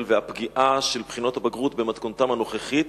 והפגיעה של בחינות הבגרות במתכונתן הנוכחית